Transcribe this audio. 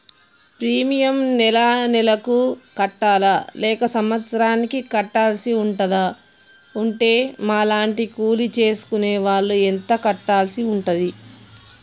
Premium నెల నెలకు కట్టాలా లేక సంవత్సరానికి కట్టాల్సి ఉంటదా? ఉంటే మా లాంటి కూలి చేసుకునే వాళ్లు ఎంత కట్టాల్సి ఉంటది?